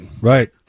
Right